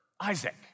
Isaac